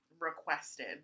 requested